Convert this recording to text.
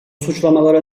suçlamalara